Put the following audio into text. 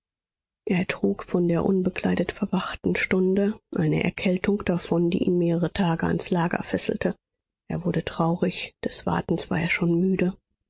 er trug von der unbekleidet verwachten stunde eine erkältung davon die ihn mehrere tage ans lager fesselte er wurde traurig des wartens war er schon müde